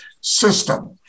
system